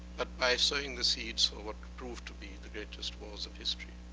but by sowing the seeds for what proved to be the greatest wars of history.